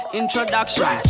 introduction